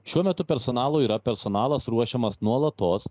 šiuo metu personalo yra personalas ruošiamas nuolatos